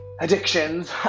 addictions